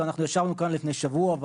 שישבנו כאן לפני שבוע,